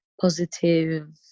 positive